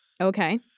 okay